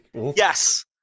Yes